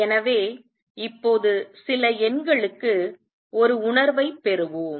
எனவே இப்போது சில எண்களுக்கு ஒரு உணர்வைப் பெறுவோம்